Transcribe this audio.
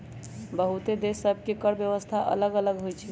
बहुते देश सभ के कर व्यवस्था अल्लग अल्लग होई छै